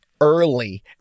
early